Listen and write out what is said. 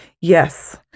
Yes